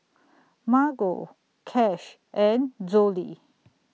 Margo Cash and Zollie